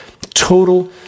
Total